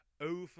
over